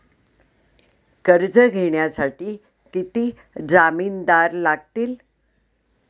कर्ज घेण्यासाठी किती जामिनदार लागतील?